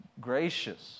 gracious